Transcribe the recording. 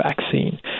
vaccine